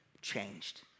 changed